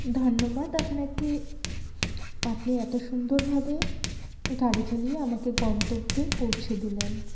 ধন্যবাদ আপনাকে আপনি এত সুন্দরভাবে গাড়ি চালিয়ে আমাকে গন্তব্যে পৌঁছে দিলেন